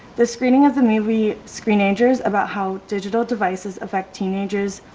the screening of the movie screenagers about how digital devices affect teenager's,